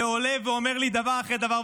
ועולה ואומר לי דבר אחרי דבר,